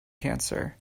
cancer